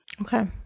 Okay